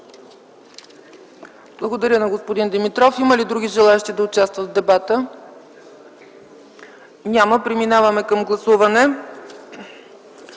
Благодаря на господин Димитров. Има ли други желаещи да участват в дебата? Няма. Преминаваме към гласуване.